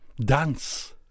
dance